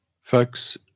Folks